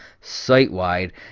site-wide